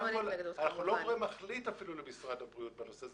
אנחנו לא גורם מחליט למשרד הבריאות בנושא.